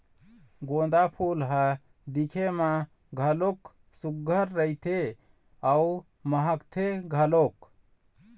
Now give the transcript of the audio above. गोंदा फूल ह दिखे म घलोक सुग्घर रहिथे अउ महकथे घलोक